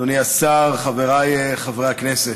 אדוני השר, חבריי חברי הכנסת,